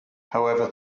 however